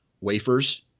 wafers